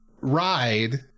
ride